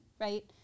right